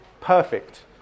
perfect